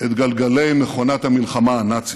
את גלגלי מכונת המלחמה הנאצית.